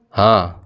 हाँ